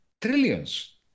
trillions